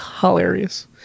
hilarious